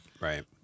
Right